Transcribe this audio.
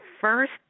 first